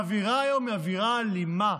האווירה היום היא אווירה אלימה,